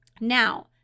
Now